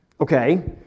Okay